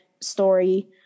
story